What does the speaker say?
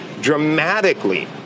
dramatically